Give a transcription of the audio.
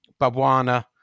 Babuana